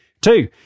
Two